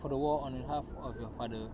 for the war on the behalf of your father